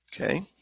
okay